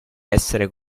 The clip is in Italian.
essere